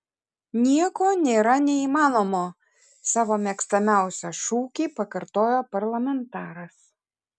nieko nėra neįmanomo savo mėgstamiausią šūkį pakartojo parlamentaras